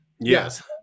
Yes